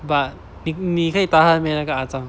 but 你可以 tahan meh 那个肮脏